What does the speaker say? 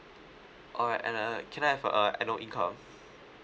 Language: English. alright and uh can I have uh uh annual income